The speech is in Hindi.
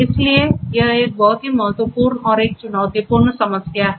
इसलिए यह एक बहुत ही महत्वपूर्ण और एक चुनौतीपूर्ण समस्या है